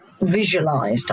visualized